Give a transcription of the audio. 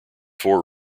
four